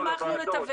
שמחנו לתווך.